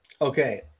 Okay